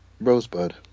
Rosebud